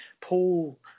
Paul